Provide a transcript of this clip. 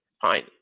fine